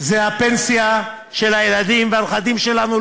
זה הפנסיה של הילדים והנכדים שלנו,